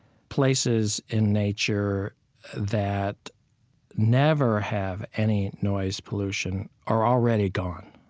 places in nature that never have any noise pollution are already gone.